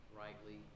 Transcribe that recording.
rightly